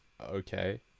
Okay